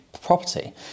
property